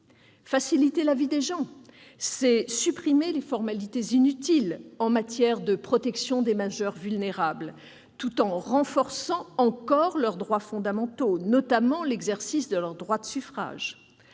Faciliter la vie des gens, c'est supprimer les formalités inutiles en matière de protection des majeurs vulnérables, tout en renforçant encore leurs droits fondamentaux, notamment l'exercice de leur droit de suffrage.